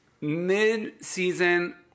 Mid-season